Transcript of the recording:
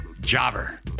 Jobber